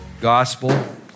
gospel